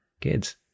kids